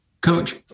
Coach